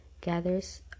gathers